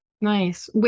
Nice